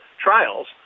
trials